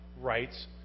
rights